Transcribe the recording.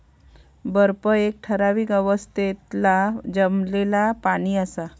बर्फ एक ठरावीक अवस्थेतला जमलेला पाणि असा